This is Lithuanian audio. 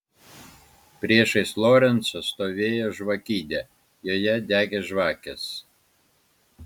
priešais lorencą stovėjo žvakidė joje degė žvakės